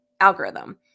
algorithm